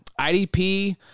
IDP